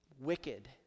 wicked